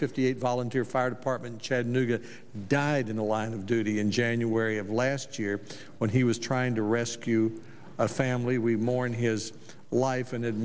fifty eight volunteer fire department chattanooga died in the line of duty in january of last year when he was trying to rescue a family we mourn his life and